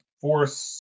Force